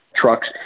trucks